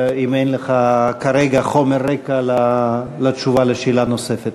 אם אין לו כרגע חומר רקע לתשובה על שאלה נוספת.